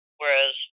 whereas